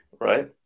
right